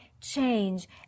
change